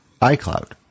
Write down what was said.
iCloud